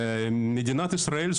מדינת ישראל,